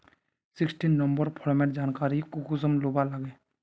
Sixteen number फार्मेर जानकारी कुंसम लुबा लागे?